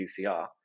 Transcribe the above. PCR